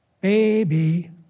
Baby